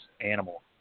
animal